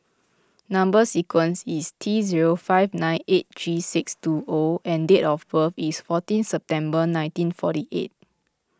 Number Sequence is T zero five nine eight three six two O and date of birth is fourteen September nineteen forty eight